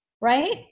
right